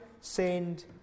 send